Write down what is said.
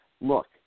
Look